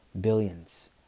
billions